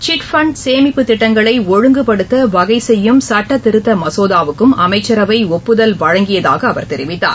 chit fund சேமிப்பு திட்டங்களைஒழங்குப்படுத்தவகைசெய்யும் சுட்டத் திருத்தமசோதாவுக்கும் அமைச்சரவைஒப்புதல் வழங்கியதாகஅவர் தெரிவித்தார்